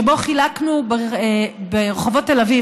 שבו חילקנו ברחובות תל אביב,